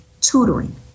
tutoring